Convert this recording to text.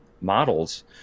models